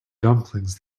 dumplings